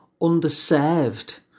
underserved